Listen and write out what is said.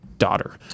daughter